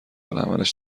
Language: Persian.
العملش